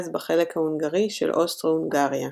אז בחלק ההונגרי של אוסטרו־הונגריה,